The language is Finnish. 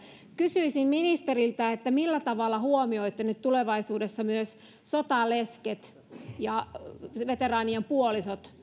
kysyisin ministeriltä millä tavalla huomioitte nyt tulevaisuudessa myös sotalesket ja veteraanien puolisot